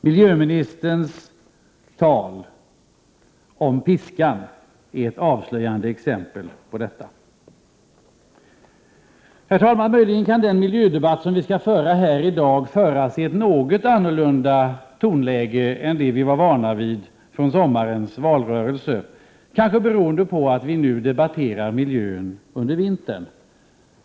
Miljöministerns tal om piskan är ett avslöjande exempel på detta. Herr talman! Möjligen kan den miljödebatt som vi skall föra här i dag föras i något annorlunda tonläge än det vi var vana vid från sommarens valrörelse, kanske beroende på att vi nu debatterar miljön under vintern.